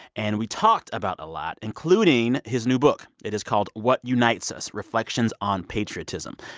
and we talked about a lot, including his new book. it is called what unites us reflections on patriotism.